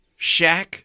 Shaq